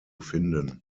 finden